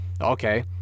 okay